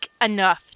enough